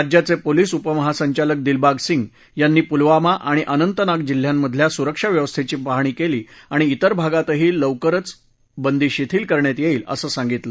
राज्याचे पोलिस उपमहासंचालक दिलबाग सिंग यांनी पुलवामा आणि अंनतनाग जिल्ह्यांमधल्या सुरक्षा व्यवस्थेची पाहणी केली आणि इतर भागातही लवकरच बंदी शिथिल करण्यात येईल असं सांगितलं